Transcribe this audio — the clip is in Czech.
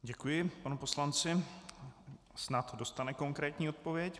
Děkuji panu poslanci, snad dostane konkrétní odpověď.